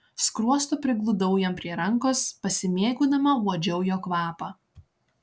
skruostu prigludau jam prie rankos pasimėgaudama uodžiau jo kvapą